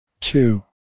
two